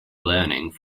learning